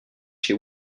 chez